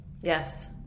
Yes